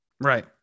Right